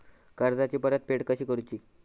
कर्जाची परतफेड कशी करूची?